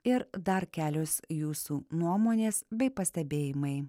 ir dar kelios jūsų nuomonės bei pastebėjimai